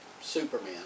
Superman